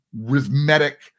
rhythmic